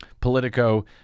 Politico